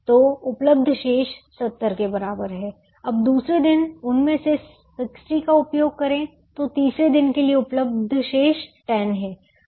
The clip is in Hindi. तो उपलब्ध शेष 70 के बराबर है अब दूसरे दिन उनमें से 60 का उपयोग करें तो तीसरे दिन के लिए उपलब्ध शेष 10 है